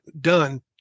done